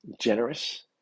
generous